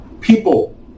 People